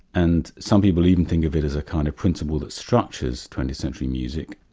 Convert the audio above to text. and some people even think of it as a kind of principle that structures twentieth century music.